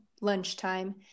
lunchtime